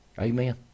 Amen